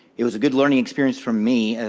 it was a good learning experience for me,